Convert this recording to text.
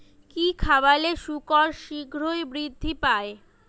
কি খাবালে শুকর শিঘ্রই বৃদ্ধি পায়?